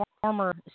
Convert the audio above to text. former